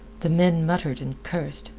the men muttered and cursed,